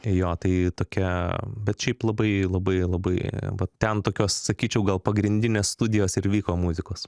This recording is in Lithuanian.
jo tai tokia bet šiaip labai labai labai va ten tokios sakyčiau gal pagrindinės studijos ir vyko muzikos